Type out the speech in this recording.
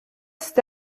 cet